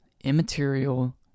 immaterial